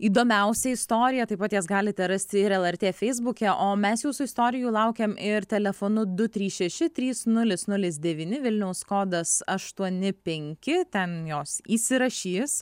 įdomiausią istoriją taip pat jas galite rasti ir lrt feisbuke o mes jūsų istorijų laukiam ir telefonu du trys šeši trys nulis nulis devyni vilniaus kodas aštuoni penki ten jos įsirašys